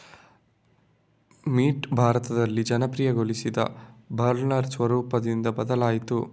mint ಭಾರತದಲ್ಲಿ ಜನಪ್ರಿಯಗೊಳಿಸಿದ Berliner ಸ್ವರೂಪದಿಂದ ಬದಲಾಯಿತು